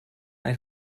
ein